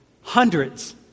hundreds